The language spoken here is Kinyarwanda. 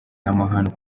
amahano